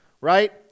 right